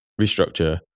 restructure